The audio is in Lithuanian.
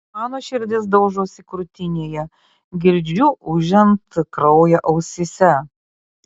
mano širdis daužosi krūtinėje girdžiu ūžiant kraują ausyse